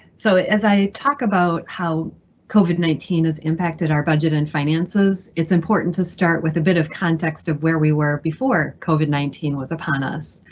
so as i talk about how covid nineteen has impacted our budget and finances, it's important to start with a bit of context of where we were before covid nineteen was upon us.